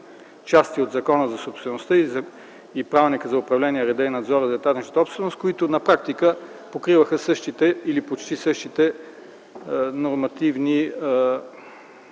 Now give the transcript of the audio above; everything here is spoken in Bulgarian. части от Закона за собствеността и Правилника за управление реда и надзора в етажната собственост, които на практика покриваха същите или почти същите нормативни